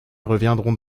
reviendrons